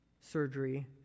surgery